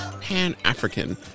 Pan-African